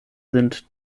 sind